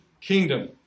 kingdom